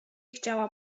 chciała